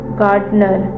gardener